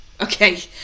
Okay